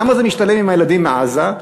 למה זה משתלם בעניין הילדים מעזה?